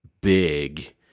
big